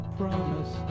promise